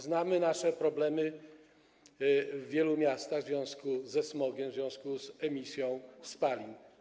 Znamy nasze problemy w wielu miastach w związku ze smogiem, w związku z emisją spalin.